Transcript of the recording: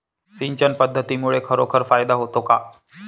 सिंचन पद्धतीमुळे खरोखर फायदा होतो का?